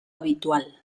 habitual